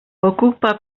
ocupa